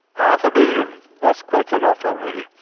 half a billion that's quite a lot already,